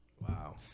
Wow